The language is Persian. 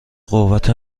قوت